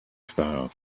style